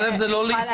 א', זה לא להסתבך.